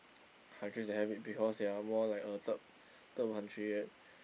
countries they have it because they are most like a third third world country